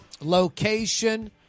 location